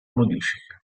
modifica